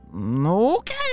Okay